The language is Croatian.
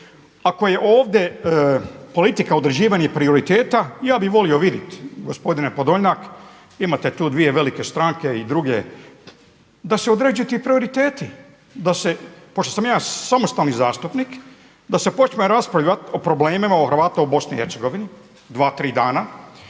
Ako je ovdje politika određivanje prioriteta, ja bih volio vidit gospodine Podolnjak, imate tu dvije velike stranke i druge da se određuju ti prioriteti. Pošto sam ja samostalni zastupnik da se počne raspravljati o problemima Hrvata u BiH dva, tri dana,